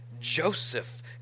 Joseph